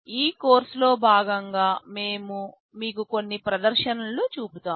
ఈ కోర్సులో భాగంగా మేము మీకు కొన్ని ప్రదర్శనలను చూపుతాము